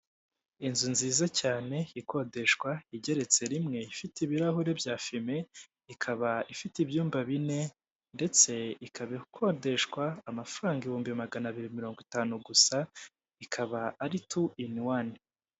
Inzu nziza cyane ikodeshwa igeretse rimwe ifite ibirahuri bya firime, ikaba ifite ibyumba bine ,ndetse ikabikodeshwa amafaranga ibihumbi magana abiri mirongo itanu gusa ikaba ari tu ini wane.